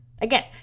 Again